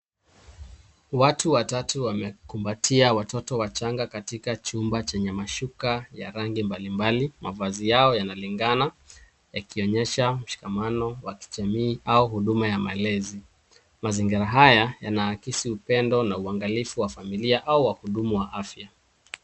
Watu watatu wamekumbatia watoto wachanga katika chumba chenye mashuka ya rangi mbalimbali . Mavazi yao yanalingana yakionyesha msikano wa kijamii au huduma ya malezi. Mazingira haya yanaakisi upendo na uangalifu wa familia au wahudumu wa afya.